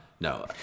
No